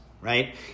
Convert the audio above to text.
Right